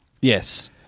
Yes